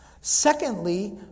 Secondly